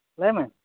ᱞᱟᱹᱭᱢᱮ